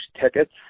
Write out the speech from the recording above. tickets